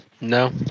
No